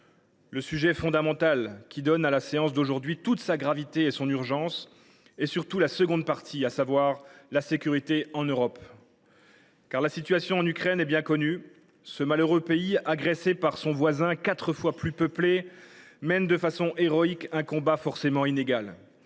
Le sujet fondamental qui donne à la séance d’aujourd’hui toute sa gravité et son urgence est surtout la sécurité en Europe. La situation en Ukraine est bien connue. Ce malheureux pays, agressé par son voisin quatre fois plus peuplé, mène de façon héroïque un combat forcément inégal.